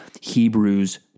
Hebrews